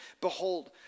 Behold